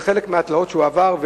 זה חלק מהתלאות שהוא עבר,